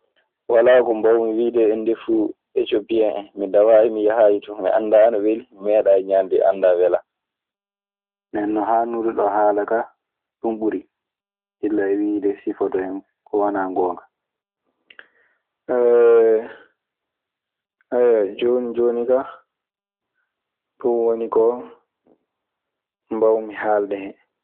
Wala ko bawmi wide e ndefu ecopohen, mi dawaji mi yahayi ton ,mi anda ana weli mi neɗayi ŋamde mi anda wela. Nden non, haaɗnude ɗoo haala kaa, ɗun ɓuri illa e wiide sifoto hen ko wanaa ngoonga. Jooni jooni ka, ɗun woni ko mbawmi haalde hen.